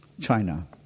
China